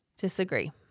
Disagree